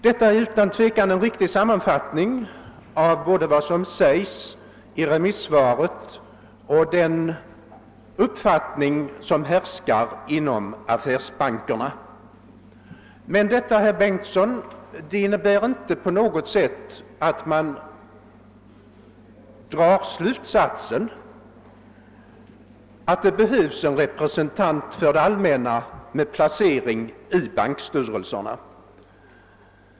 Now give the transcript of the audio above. Det är utan tvivel en riktig sammanfattning av både vad som sägs i remissyttrandet och den uppfattning som härskar inom affärsbankerna. Men detta, herr Bengtsson, innebär inte på något sätt att man drar slutsatsen att det behövs en representant för det allmänna med placering i bankstyrelserna.